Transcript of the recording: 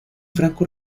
franco